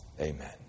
Amen